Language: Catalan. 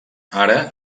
ara